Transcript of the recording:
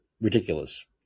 ridiculous